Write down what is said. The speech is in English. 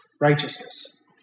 Righteousness